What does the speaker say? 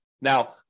Now